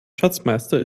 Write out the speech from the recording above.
schatzmeister